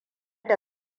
da